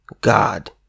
god